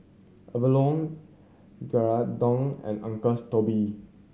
Avalon Geraldton and Uncle's Toby